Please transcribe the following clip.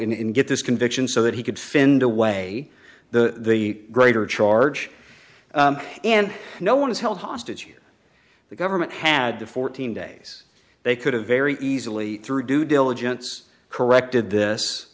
in and get this conviction so that he could finda way the greater charge and no one is held hostage the government had the fourteen days they could have very easily through due diligence corrected this